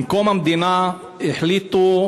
עם קום המדינה החליטו,